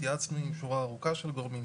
התייעצנו עם שורה ארוכה של גורמים.